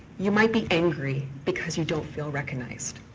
you might be angry because you don't feel recognized.